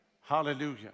Hallelujah